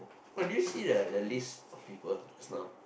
but did you see the the list of people just now